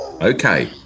Okay